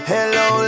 Hello